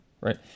right